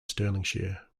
stirlingshire